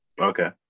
Okay